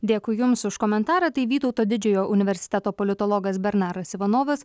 dėkui jums už komentarą tai vytauto didžiojo universiteto politologas bernaras ivanovas